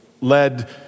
led